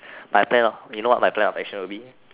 my plan what you know what my plan of action will be